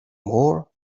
more